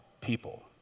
people